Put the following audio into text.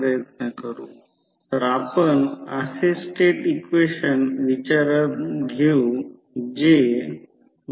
तर अशाप्रकारे जेव्हा लॉसचा विचार केला जात नाही तेव्हा हे फेसर आकृती आहे